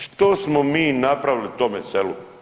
Što smo mi napravili tome selu?